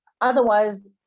Otherwise